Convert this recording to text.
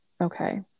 okay